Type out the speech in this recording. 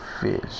fish